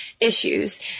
issues